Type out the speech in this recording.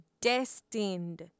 destined